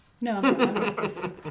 No